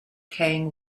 kang